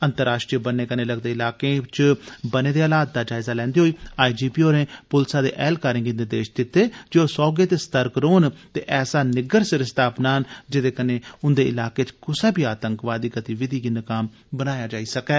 अंतर्राश्ट्री बन्ने कन्नै लगदे इलाकें च बने दे हालात दा जायजा लैंदे होई आईजीपी होरें पुलसा दे ऐह्लकारें गी निर्देश दित्ते जे ओह् सोह्गे ते सतर्क रौह्न ते ऐसा निग्गर सरिस्ता अपनान जेह्दे कन्नै उंदे इलाके च कुसा बी आतंकवादी गतिविधि गी नाकाम बनाया जाई सकै